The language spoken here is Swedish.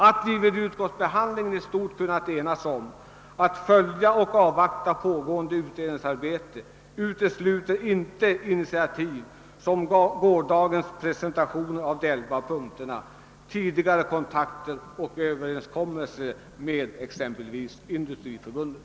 Att vi vid utskottsbehandlingen i stort sett kunnat enas om att följa och avvakta pågående utredningsarbete utesluter inte sådana initiativ som gårdagens presentation av de elva punkterna och tidigare kontakter och överenskommelser med exempelvis Industriförbundet.